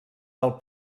del